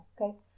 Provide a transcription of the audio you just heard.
okay